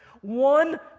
one